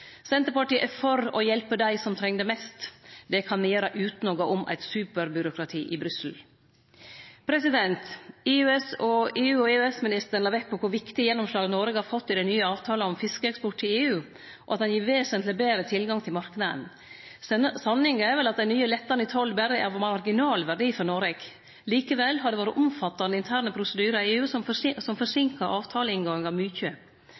Senterpartiet er for å hjelpe dei som treng det mest. Det kan me gjere utan å gå om eit superbyråkrati i Brussel. EU- og EØS-ministeren la vekt på kor viktig gjennomslag Noreg har fått i den nye avtalen om fiskeeksport til EU, og at han gir vesentleg betre tilgang til marknaden. Sanninga er vel at dei nye lettane i toll berre er av marginal verdi for Noreg. Likevel har det vore omfattande interne prosedyrar i EU, som har forseinka avtaleinngangen mykje. At ein har gjort ei omdisponering av tollfrie kvotar som